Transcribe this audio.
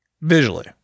Visually